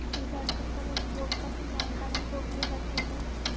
bank अपन उपभोगता के जानकारी गोपनीय रखैत अछि